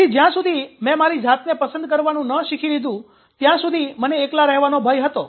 તેથી જ્યાં સુધી મેં મારી જાતને પસંદ કરવાનું ન શીખી લીધું ત્યાં સુધી મને એકલા રહેવાનો ભય હતો